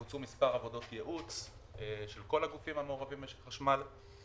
בוצעו מספר עבודות ייעוץ של כל הגופים המעורבים במשק החשמל ולמעשה,